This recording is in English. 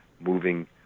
moving